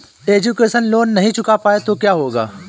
Education loan नहीं चुका पाए तो क्या होगा?